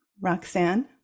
Roxanne